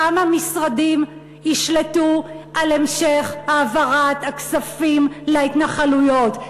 כמה משרדים ישלטו על המשך העברת הכספים להתנחלויות?